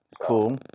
Cool